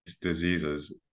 diseases